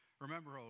Remember